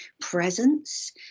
presence